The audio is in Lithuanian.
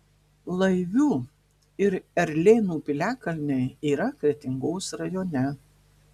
laivių ir erlėnų piliakalniai yra kretingos rajone